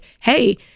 hey